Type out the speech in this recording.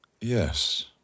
Yes